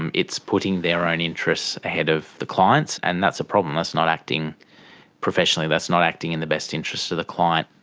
and it's putting their own interests ahead of the client's, and that's a problem. that's not acting professionally. that's not acting in the best interests of the client.